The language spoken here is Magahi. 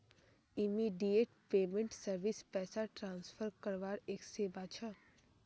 इमीडियेट पेमेंट सर्विस पैसा ट्रांसफर करवार एक सेवा छ